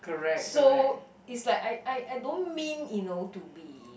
so is like I I I don't mean you know to be